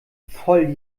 voll